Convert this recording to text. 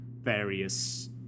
various